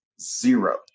zero